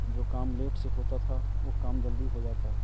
जो काम लेट से होता था वो काम जल्दी हो जाता है